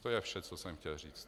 To je vše, co jsem chtěl říct.